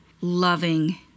loving